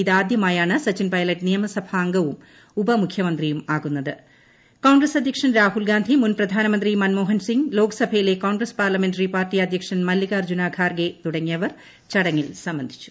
ഇത് ആദ്യമായാണ് സച്ചിൻ പൈലറ്റ് നിയമസഭാംഗവും കോൺഗ്രസ് അധ്യക്ഷൻ മുൻ പ്രധാനമന്ത്രി മൻമോഹൻ സിങ് ലോക്സഭയിലെ കോൺഗ്രസ് പാർലമെന്ററി പാർട്ടി അധ്യക്ഷൻ മല്ലികാർജ്ജുന ഖാർഗെ തുടങ്ങിയവർ ചടങ്ങിൽ സംബന്ധിച്ചു